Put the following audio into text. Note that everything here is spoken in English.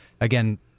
again